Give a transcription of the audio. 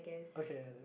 okay